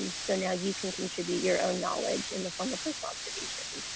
so now you can contribute your own knowledge in the form of personal observations,